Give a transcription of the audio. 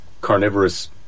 carnivorous